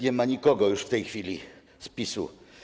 Nie ma nikogo już w tej chwili z PiS-u.